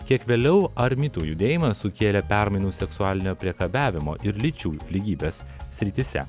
kiek vėliau ar mitų judėjimą sukėlė permainų seksualinio priekabiavimo ir lyčių lygybės srityse